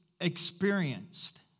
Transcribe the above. experienced